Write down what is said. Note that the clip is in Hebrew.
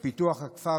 ופיתוח הכפר,